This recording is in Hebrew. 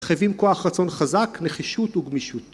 חייבים כוח רצון חזק נחישות וגמישות